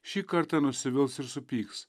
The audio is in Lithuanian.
šį kartą nusivils ir supyks